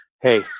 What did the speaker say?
hey